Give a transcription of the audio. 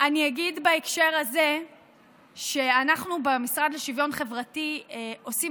אני אגיד בהקשר הזה שאנחנו במשרד לשוויון חברתי עושים